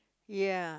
ya